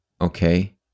Okay